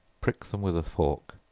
prick them with a fork,